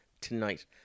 tonight